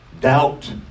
doubt